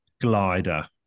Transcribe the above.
glider